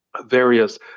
various